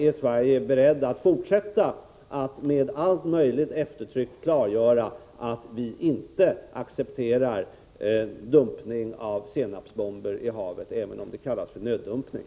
Är Sverige berett att med allt det eftertryck som är möjligt fortsätta att klargöra att man inte accepterar dumpning av senapsgasbomber i havet, även om det kallas nöddumpning?